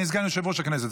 אני סגן יושב-ראש הכנסת,